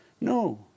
No